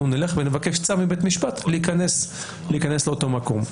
נלך ונבקש צו מבית משפט להיכנס לאותו מקום.